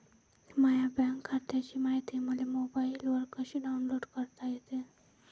माह्या बँक खात्याची मायती मले मोबाईलवर कसी डाऊनलोड करता येते?